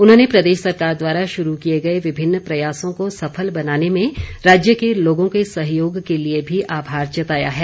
उन्होंने प्रदेश सरकार द्वारा शुरू किए गए विभिन्न प्रयासों को सफल बनाने में राज्य के लोगों के सहयोग के लिए भी आभार जताया है